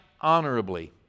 honorably